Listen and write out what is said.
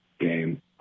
game